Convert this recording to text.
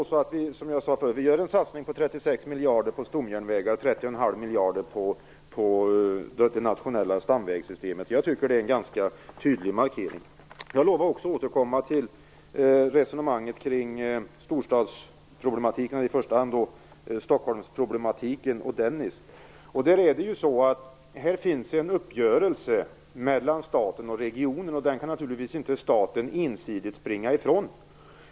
Som jag sade förut gör vi en satsning på 36 miljarder på stomjärnvägar och 30,5 miljarder på det nationella stamvägssystemet. Jag tycker att det är en ganska tydlig markering. Jag lovade också att återkomma till resonemanget kring storstadsproblemen, och i första hand till problemen i Stockholm och Dennisöverenskommelsen. Här finns en uppgörelse mellan staten och regionen. Det kan staten naturligtvis inte ensidigt springa ifrån.